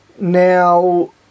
Now